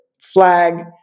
flag